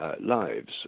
Lives